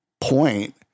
point